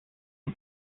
die